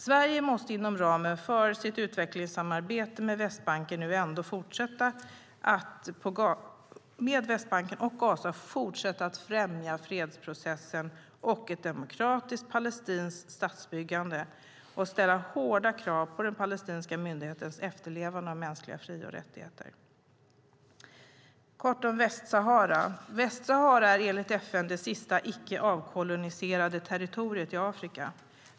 Sverige måste inom ramen för sitt utvecklingssamarbete med Västbanken och Gaza fortsätta att främja fredsprocessen och ett demokratiskt palestinskt statsbyggande och ställa hårda krav på den palestinska myndighetens efterlevande av mänskliga fri och rättigheter. Herr talman! Västsahara är enligt FN det sista icke avkoloniserade territoriet i Afrika.